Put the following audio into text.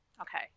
Okay